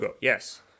yes